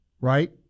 right